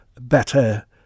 better